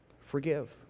Forgive